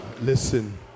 Listen